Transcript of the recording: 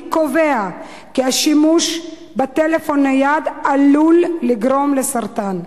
קובע כי השימוש בטלפון נייד עלול לגרום לסרטן".